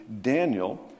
Daniel